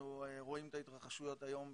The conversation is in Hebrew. אנחנו רואים את ההתרחשויות היום בארצות-הברית,